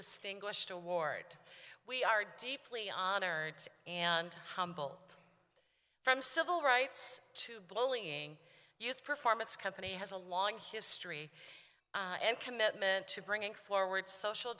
distinguished award we are deeply honored and humbled from civil rights to bullying youth performance company has a long history and commitment to bringing forward social